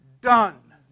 done